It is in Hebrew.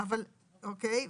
אוקיי,